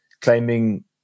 claiming